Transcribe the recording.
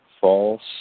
false